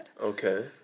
Okay